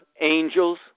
angels